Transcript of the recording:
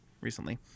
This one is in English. recently